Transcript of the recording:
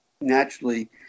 naturally